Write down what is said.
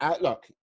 look